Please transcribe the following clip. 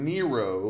Nero